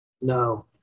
No